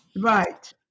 Right